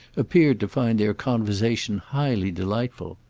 appeared to find their conversation highly delightful.